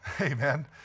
Amen